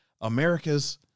America's